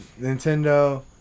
Nintendo